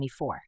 2024